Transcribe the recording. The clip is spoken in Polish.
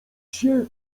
się